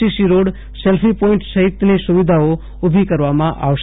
CC road selfie point સહિતની સુવિધાઓ ઉભી કરવામાં આવશે